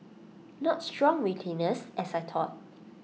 not strong retainers as I thought